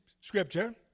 scripture